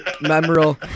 memorable